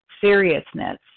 seriousness